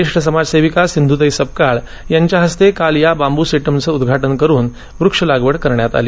ज्येष्ठ समाजसेविका सिंधूताई सपकाळ यांच्या हस्ते काल या बांबू सेटमचे उद्घाटन करुन वृक्ष लागवड करण्यात आली